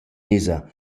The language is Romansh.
esa